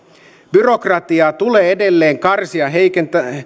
byrokratiaa tulee edelleen karsia heikentämättä